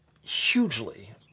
hugely